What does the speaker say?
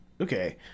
Okay